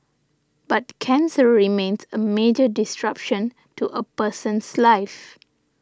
but cancer remains a major disruption to a person's life